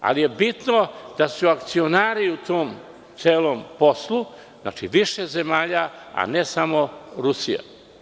Ali je bitno da su akcionari u tom celom poslu, znači više zemalja, a ne samo Rusija.